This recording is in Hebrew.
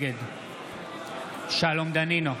נגד שלום דנינו,